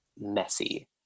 messy